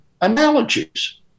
analogies